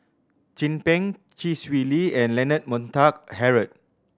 Chin Peng Chee Swee Lee and Leonard Montague Harrod